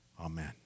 Amen